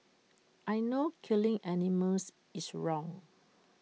I know killing animals is wrong